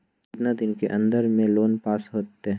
कितना दिन के अन्दर में लोन पास होत?